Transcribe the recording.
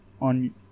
on